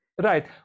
Right